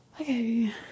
okay